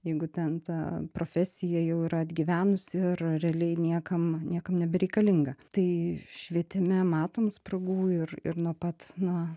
jeigu ten ta profesija jau yra atgyvenusi ir realiai niekam niekam nebereikalinga tai švietime matom spragų ir ir nuo pat na